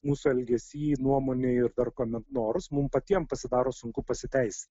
mūsų elgesy nuomonėj ir dar kuomet norus mums patiems pasidaro sunku pasiteisint